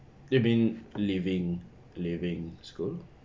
they've been leaving leaving school